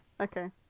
Okay